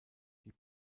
die